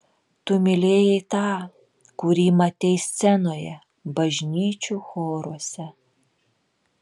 tu mylėjai tą kurį matei scenoje bažnyčių choruose